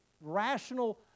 rational